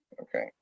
Okay